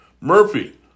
Murphy